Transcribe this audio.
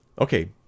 Okay